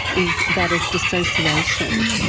is that of dissociation.